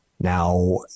Now